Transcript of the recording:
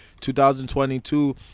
2022